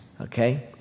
okay